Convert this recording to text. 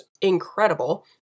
incredible